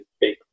big